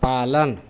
पालन